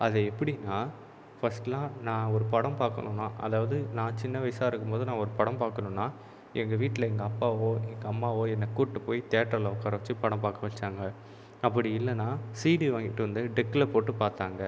அது எப்படின்னா ஃபஸ்ட்டுலாம் நான் ஒரு படம் பார்க்கணுன்னா அதாவது நான் சின்ன வயசாக இருக்கும்போது நான் ஒரு படம் பார்க்கணுன்னா எங்கள் வீட்டில் எங்கள் அப்பாவோ எங்கள் அம்மாவோ என்ன கூட்டுபோய் தேட்டரில் உக்கார வெச்சி படம் பார்க்க வெச்சாங்க அப்படி இல்லைனா சிடி வாங்கிட்டு வந்து டெக்கில் போட்டு பார்த்தாங்க